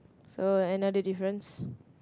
so another difference